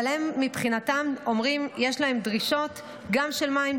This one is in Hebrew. אבל יש להם דרישות גם של מים,